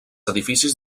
edificis